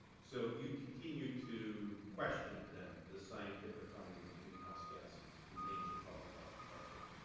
so you continue to question then the scientific finding that greenhouse gases endanger public health and welfare?